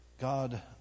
God